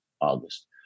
August